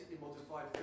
modified